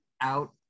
out